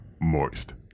moist